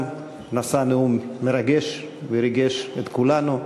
הוא גם נשא נאום מרגש, וריגש את כולנו,